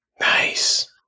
nice